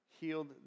healed